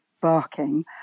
barking